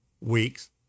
weeks